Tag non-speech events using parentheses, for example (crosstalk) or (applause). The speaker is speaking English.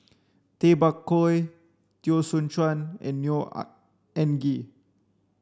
Tay Bak Koi Teo Soon Chuan and Neo (unintelligible) Anngee